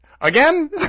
Again